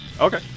okay